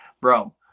Bro